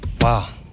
Wow